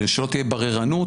ושלא תהיה בררנות,